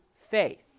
faith